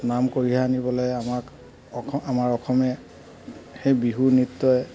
নাম কঢ়িয়াই আনিবলৈ আমাক অখ আমাৰ অসমে সেই বিহু নৃত্যই